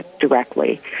directly